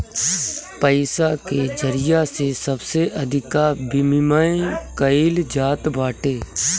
पईसा के जरिया से सबसे अधिका विमिमय कईल जात बाटे